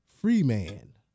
Freeman